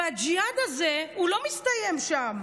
הג'יהאד הזה לא מסתיים שם.